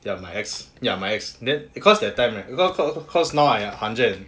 ya my ex ya my ex then because that time right because now I hundred and